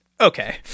okay